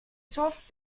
soft